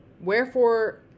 wherefore